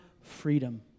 freedom